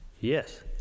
Yes